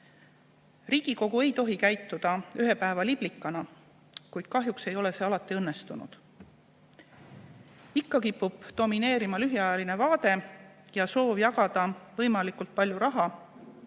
Riigikogu ei tohi käituda ühepäevaliblikana, kuid kahjuks ei ole see alati õnnestunud. Ikka kipub domineerima lühiajaline vaade ja soov jagada võimalikult palju raha